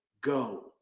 go